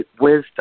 wisdom